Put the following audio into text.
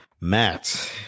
Matt